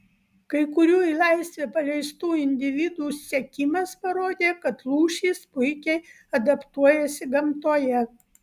kai kurių į laisvę paleistų individų sekimas parodė kad lūšys puikiai adaptuojasi gamtoje